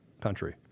country